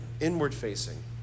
inward-facing